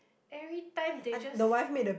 every time they just